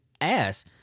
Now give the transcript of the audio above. ass